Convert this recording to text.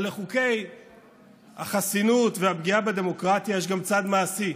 אבל לחוקי החסינות והפגיעה בדמוקרטיה יש גם צד מעשי,